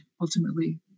ultimately